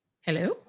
hello